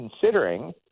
considering